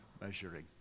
measuring